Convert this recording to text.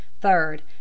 third